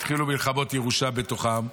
התחילו מלחמות ירושה בתוכם.